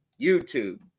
YouTube